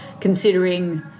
considering